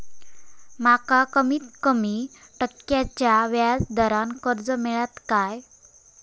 माका कमीत कमी टक्क्याच्या व्याज दरान कर्ज मेलात काय?